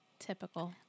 Typical